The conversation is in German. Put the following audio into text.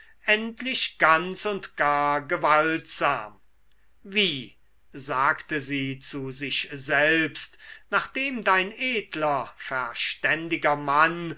endlich ganz und gar gewaltsam wie sagte sie zu sich selbst nachdem dein edler verständiger mann